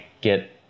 get